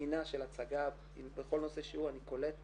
אני זוכר.